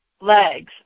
legs